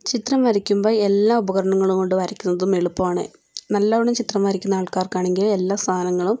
ചിത്രം വരയ്ക്കുമ്പം എല്ലാ ഉപകരണങ്ങളും കൊണ്ട് വരയ്ക്കുന്നതും എളുപ്പമാണ് നല്ലവണ്ണം ചിത്രം വരയ്ക്കുന്ന ആൾക്കാർക്ക് ആണെങ്കിൽ എല്ലാ സാധനങ്ങളും